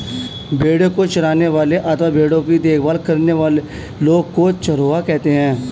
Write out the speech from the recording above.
भेड़ों को चराने वाले अथवा भेड़ों की देखरेख करने वाले लोगों को चरवाहा कहते हैं